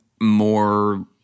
more